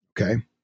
okay